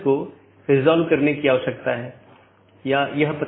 वोह इसको यह ड्रॉप या ब्लॉक कर सकता है एक पारगमन AS भी होता है